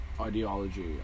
ideology